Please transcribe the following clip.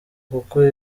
kuko